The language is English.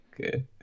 Okay